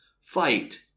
fight